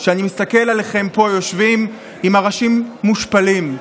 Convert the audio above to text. אני מסתכל עליכם פה יושבים עם הראשים מושפלים.